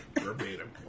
Verbatim